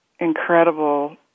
incredible